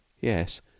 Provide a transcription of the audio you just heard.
Yes